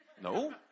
no